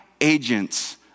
agents